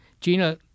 Gina